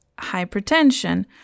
hypertension